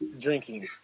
drinking